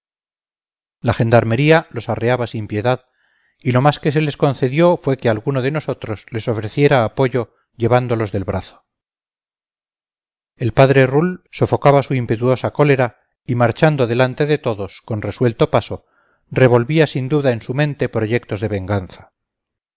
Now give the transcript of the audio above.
la gendarmería los arreaba sin piedad y lo más que se les concedió fue que alguno de nosotros les ofreciera apoyo llevándolos del brazo el padre rull sofocaba su impetuosa cólera y marchando delante de todos con resuelto paso revolvía sin duda en su mente proyectos de venganza